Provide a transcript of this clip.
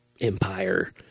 empire